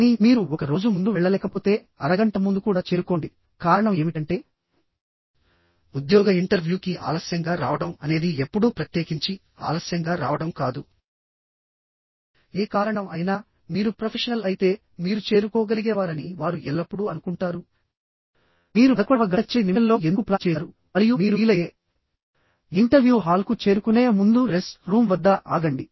కానీ మీరు ఒక రోజు ముందు వెళ్ళలేకపోతే అరగంట ముందు కూడా చేరుకోండి కారణం ఏమిటంటే ఉద్యోగ ఇంటర్వ్యూకి ఆలస్యంగా రావడం అనేది ఎప్పుడూ ప్రత్యేకించి ఆలస్యంగా రావడం కాదుఏ కారణం అయినా మీరు ప్రొఫెషనల్ అయితే మీరు చేరుకోగలిగేవారని వారు ఎల్లప్పుడూ అనుకుంటారు మీరు పదకొండవ గంట చివరి నిమిషంలో ఎందుకు ప్లాన్ చేసారు మరియు మీరు వీలైతే ఇంటర్వ్యూ హాల్కు చేరుకునే ముందు రెస్ట్ రూమ్ వద్ద ఆగండి